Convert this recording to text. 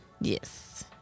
Yes